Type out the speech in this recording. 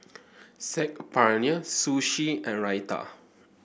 Saag Paneer Sushi and Raita